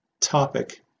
topic